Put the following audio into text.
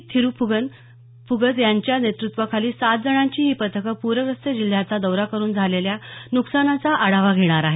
थिरूपुगझ यांच्या नेतृत्वाखालील सात जणांची ही पथकं पूरग्रस्त जिल्ह्यांचा दौरा करुन झालेल्या नुकसानाचा आढावा घेणार आहेत